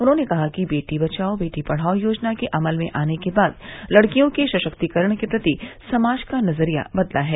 उन्होंने कहा कि बेटी बचाओ बेटी पढ़ाओ योजना के अमल में आने के बाद लड़कियों के सशक्तिकरण के प्रति समाज का नजरिया बदला है